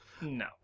No